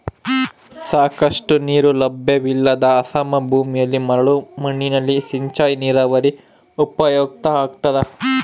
ಸಾಕಷ್ಟು ನೀರು ಲಭ್ಯವಿಲ್ಲದ ಅಸಮ ಭೂಮಿಯಲ್ಲಿ ಮರಳು ಮಣ್ಣಿನಲ್ಲಿ ಸಿಂಚಾಯಿ ನೀರಾವರಿ ಉಪಯುಕ್ತ ಆಗ್ತದ